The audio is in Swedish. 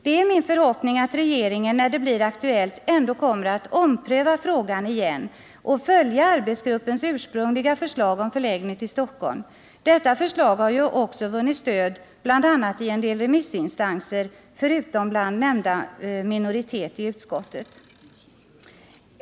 Det är min förhoppning att regeringen, när det blir aktuellt, ändå kommer att ompröva frågan igen och följa arbetsgruppens ursprungliga förslag om förläggning till Stockholm. Detta förslag har ju också vunnit stöd bl.a. i en del remissinstanser förutom bland nämnda minoritet i utskottet.